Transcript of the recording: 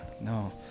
No